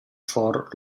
for